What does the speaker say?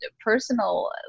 personal